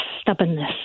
stubbornness